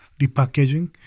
repackaging